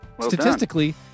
statistically